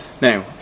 Now